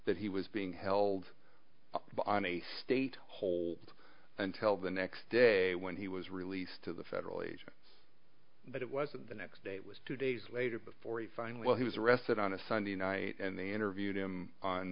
that he was being held on a state hold until the next day when he was released to the federal agents but it wasn't the next day it was two days later before he finally well he was arrested on a sunday night and they interviewed him on